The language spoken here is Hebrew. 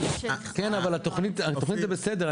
התוכנית זה בסדר,